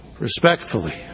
respectfully